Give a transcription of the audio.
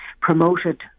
promoted